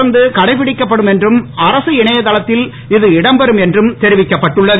இந்த திட்டம் தொடர்ந்து கடைபிடிக்கப்படும் என்றும் அரசு இணையதளத்தில் இது இடம் பெறும் என்றும் தெரிவிக்கப்பட்டுள்ளது